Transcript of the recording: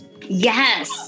yes